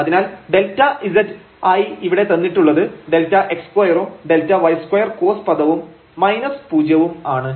Δzf0Δx 0Δy f0 0 Δx2Δy2 cos⁡1√Δx2Δy2 അതിനാൽ Δz ആയി ഇവിടെ തന്നിട്ടുള്ളത് Δx2 ഉം Δy2 cos പദവും മൈനസ് പൂജ്യവും ആണ്